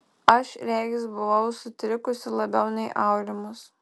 aš regis buvau sutrikusi labiau nei aurimas